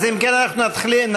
אם כן, אנחנו נתחיל.